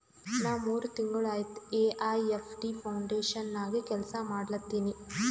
ನಾ ಮೂರ್ ತಿಂಗುಳ ಆಯ್ತ ಎ.ಐ.ಎಫ್.ಟಿ ಫೌಂಡೇಶನ್ ನಾಗೆ ಕೆಲ್ಸಾ ಮಾಡ್ಲತಿನಿ